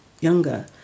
younger